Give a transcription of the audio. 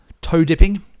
toe-dipping